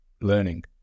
learning